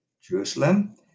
Jerusalem